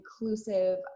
inclusive